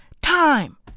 time